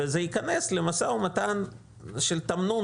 וזה ייכנס למשא ומתן של תמנון